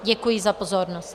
Děkuji za pozornost.